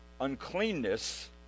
uncleanness